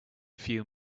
few